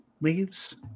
leaves